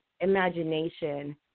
imagination